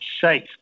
safe